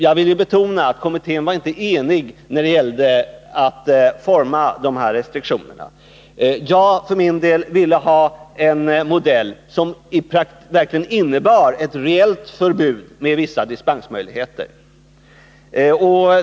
Jag vill betona att kommittén inte var enig när det gällde att forma de här restriktionerna. För min del ville jag ha en modell som verkligen innebar ett reellt förbud med vissa dispensmöjligheter.